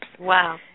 Wow